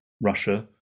Russia